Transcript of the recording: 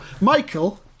Michael